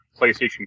PlayStation